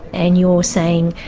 and you're saying,